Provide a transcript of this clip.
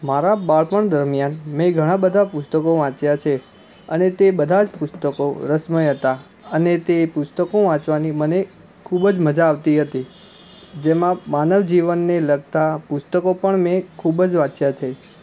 મારા બાળપણ દરમિયાન મેં ઘણા બધા પુસ્તકો વાંચ્યા છે અને તે બધા જ પુસ્તકો રસમય હતાં અને તે પુસ્તકો વાંચવાની મને ખૂબ જ મજા આવતી હતી જેમાં માનવ જીવનને લગતાં પુસ્તકો પણ મેં ખૂબ જ વાંચ્યા છે